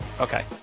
Okay